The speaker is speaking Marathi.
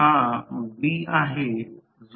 त्या वेळी त्यामध्ये उर्जा कमी होते